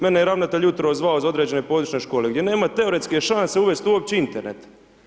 Mene je ravnatelj jutro zvao iz određene područne škole gdje nema teoretske šanse uvesti uopće Internet.